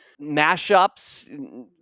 mashups